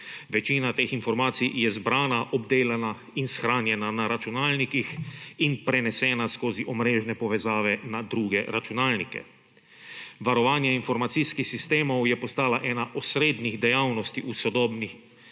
večina teh informacij je zbrana, obdelana in shranjena na računalnikih in prenesena skozi omrežne povezave na druge računalnike. Varovanje informacijskih sistemov je postala ena osrednjih dejavnosti v sodobnih